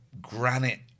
granite